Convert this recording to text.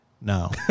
No